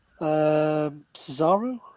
Cesaro